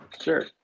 Sure